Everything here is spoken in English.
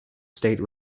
state